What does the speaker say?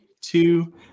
two